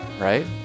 Right